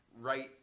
right